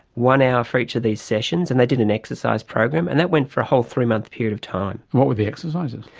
one hour for each of these sessions, and they did an exercise program, and that went for a whole three-month period of time. and what were the exercises?